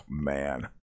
man